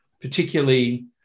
particularly